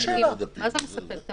מה זה מספק?